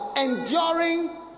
enduring